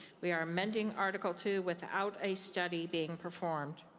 we're mending article two without a study being performed.